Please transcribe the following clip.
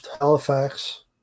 Halifax